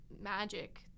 magic